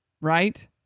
right